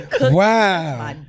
Wow